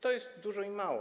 To jest dużo i mało.